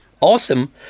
Awesome